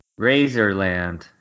Razorland